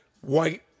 white